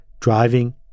Driving